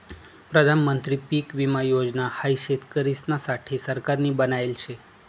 प्रधानमंत्री पीक विमा योजना हाई शेतकरिसना साठे सरकारनी बनायले शे